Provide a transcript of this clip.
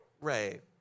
Right